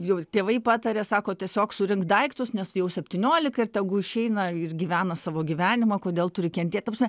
jau tėvai pataria sako tiesiog surink daiktus nes jau septyniolika ir tegu išeina ir gyvena savo gyvenimą kodėl turi kentėt ta prasme